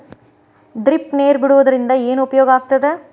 Drip ನೇರ್ ಬಿಡುವುದರಿಂದ ಏನು ಉಪಯೋಗ ಆಗ್ತದ?